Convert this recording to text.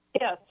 Yes